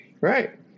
Right